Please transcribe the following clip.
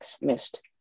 missed